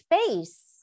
space